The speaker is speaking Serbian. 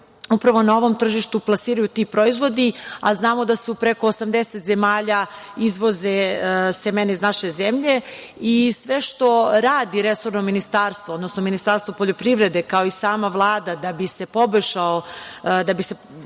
upravo na ovom tržištu plasiraju ovi proizvodi, a znamo da se u preko 80 zemalja izvoze semena iz naše zemlje. Sve što radi resorno ministarstvo, odnosno Ministarstvo poljoprivrede kao i sama Vlada, da bi se pomogla poljoprivreda,